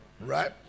right